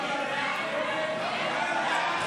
כהצעת